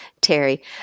Terry